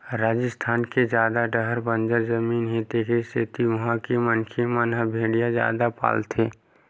राजिस्थान के जादा डाहर बंजर जमीन हे तेखरे सेती उहां के मनखे मन ह भेड़िया जादा पालथे